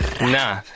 Nah